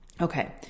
Okay